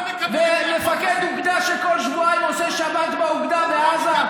מפקד אוגדה שכל שבועיים עושה שבת באוגדה בעזה?